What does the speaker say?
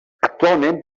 actualment